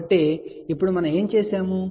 కాబట్టి ఇప్పుడు మనం ఏమి చేసాము